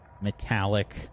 metallic